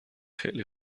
خیلی